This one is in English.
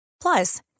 Plus